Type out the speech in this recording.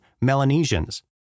Melanesians